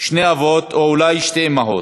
שני אבות או אולי שתי אימהות?